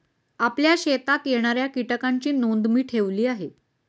आपल्या शेतात येणाऱ्या कीटकांची नोंद मी ठेवली आहे